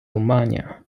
romania